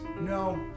No